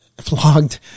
flogged